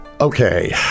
Okay